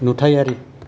नुथायारि